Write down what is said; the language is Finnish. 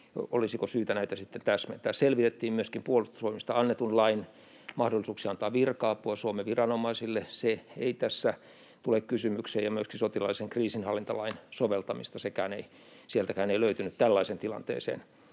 olisiko syytä näitä sitten täsmentää. Selvitettiin myöskin Puolustusvoimista annetun lain mahdollisuuksia antaa virka-apua Suomen viranomaisille — se ei tässä tule kysymykseen — ja myöskin sotilaallisen kriisinhallintalain soveltamista. Sieltäkään ei löytynyt tällaiseen tilanteeseen